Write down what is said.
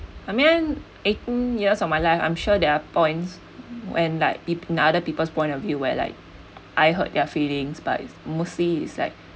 I mean eighteen years of my life I'm sure there are points when like pe~ other people's point of view where like I hurt their feelings but mostly it's like